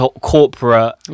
corporate